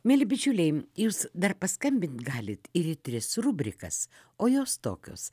mieli bičiuliai jūs dar paskambint galit ir į tris rubrikas o jos tokios